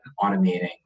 automating